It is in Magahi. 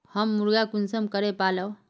हम मुर्गा कुंसम करे पालव?